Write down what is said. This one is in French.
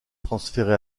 transféré